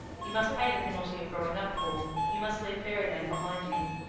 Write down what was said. you must pay the penalty of growing-up, paul. you must leave fairyland behind you.